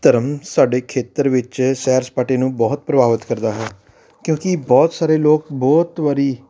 ਧਰਮ ਸਾਡੇ ਖੇਤਰ ਵਿੱਚ ਸੈਰ ਸਪਾਟੇ ਨੂੰ ਬਹੁਤ ਪ੍ਰਭਾਵਿਤ ਕਰਦਾ ਹੈ ਕਿਉਂਕਿ ਬਹੁਤ ਸਾਰੇ ਲੋਕ ਬਹੁਤ ਵਾਰੀ